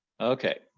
okay